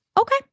Okay